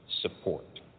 support